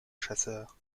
chasseur